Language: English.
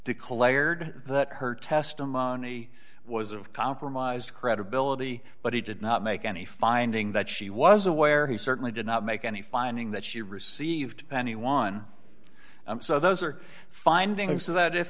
declared that her testimony was of compromised credibility but he did not make any finding that she was aware he certainly did not make any finding that she received anyone so those are finding